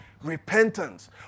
repentance